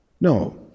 No